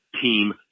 team